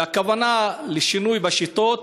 והכוונה לשינוי בשיטות,